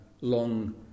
long